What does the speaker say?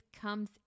comes